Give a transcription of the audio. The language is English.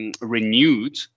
Renewed